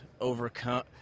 overcome